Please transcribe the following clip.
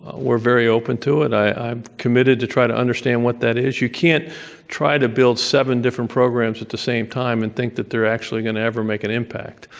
we're very open to it. i'm committed to try to understand what that is. you can't try to build seven different programs at the same time and think that they're actually going to ever make an impact.